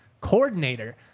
coordinator